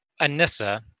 Anissa